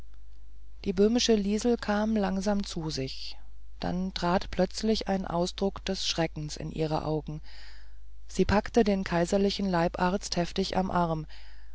die böhmische liesel kam langsam zu sich dann trat plötzlich ein ausdruck des schreckens in ihre augen sie packte den kaiserlichen leibarzt heftig am arm